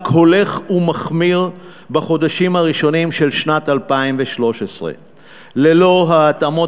רק הולך ומחמיר בחודשים הראשונים של שנת 2013. ללא ההתאמות